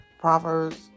Proverbs